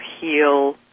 heal